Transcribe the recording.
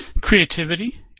creativity